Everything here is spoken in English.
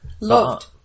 Loved